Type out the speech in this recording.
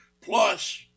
plus